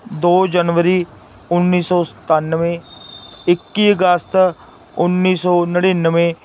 ਦੋ ਜਨਵਰੀ ਉੱਨੀ ਸੌ ਸਤਾਨਵੇਂ ਇੱਕੀ ਅਗਸਤ ਉੱਨੀ ਸੌ ਨੜਿਨਵੇਂ